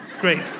Great